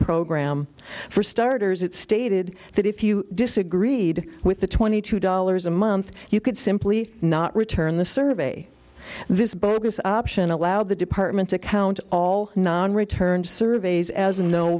program for starters it stated that if you disagreed with the twenty two dollars a month you could simply not return the survey this bogus option allowed the department to count all non returned surveys as